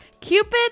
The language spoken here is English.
Cupid